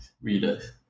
readers